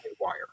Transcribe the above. wire